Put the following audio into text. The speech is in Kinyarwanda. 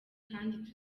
kandi